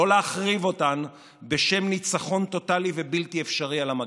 לא להחריב אותן בשם ניצחון טוטאלי ובלתי אפשרי של המגפה.